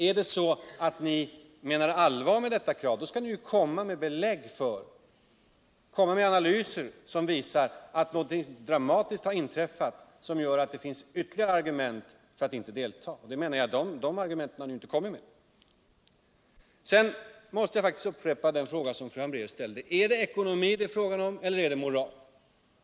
Är det så att ni menar allvar med detta krav skall ni komma med analyser som visar att något dramatiskt har inträffat som gör att det finns ytterligare argument för att inte delta, åtminstone om ni vill att majoriteten skall ändra uppfattning. De argumenten menar jag att ni inte har kommit med. Sedan måste jag upprepa den fråga som fru Hambraeus ställde: Är det ekonomi som det är fråga om. eller är det moral?